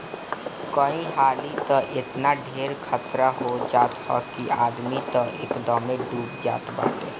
कई हाली तअ एतना ढेर खतरा हो जात हअ कि आदमी तअ एकदमे डूब जात बाटे